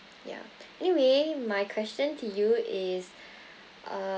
yeah anyway my question to you is